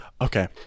Okay